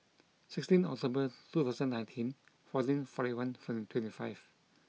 sixteen October two thousand nineteen fourteen forty one forty twenty five